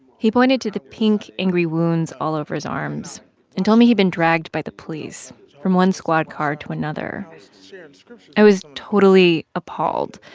he pointed to the pink, angry wounds all over his arms and told me he'd been dragged by the police from one squad car to another. so i was totally appalled,